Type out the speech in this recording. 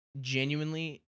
genuinely